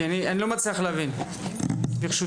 אני לא מצליח להבין, ברשותכם.